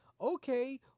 Okay